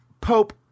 Pope